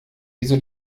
wieso